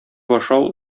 ашау